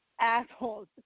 assholes